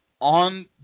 on